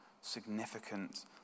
significant